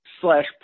slash